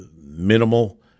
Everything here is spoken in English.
minimal